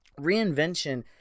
Reinvention